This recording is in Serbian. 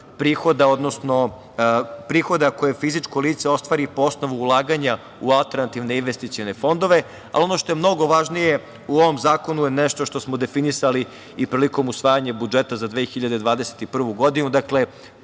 prihoda koje fizičko lice ostvari po osnovu ulaganja u alternativne investicione fondove, a ono što je mnogo važnije u ovom zakonu je nešto što smo definisali i prilikom usvajanja budžeta za 2021. godinu. Dakle,